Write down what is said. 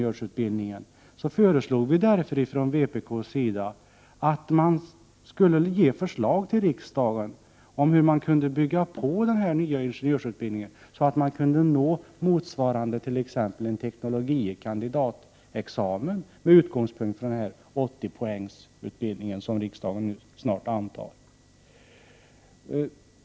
Vii vpk föreslog därför att regeringen skulle förelägga riksdagen förslag om påbyggnad av denna nya ingenjörsutbildning på mellannivå, som riksdagen nu skall fatta beslut om, så att 80-poängsutbildningen kan utbyggas med studier till teknologie kandidat-examen.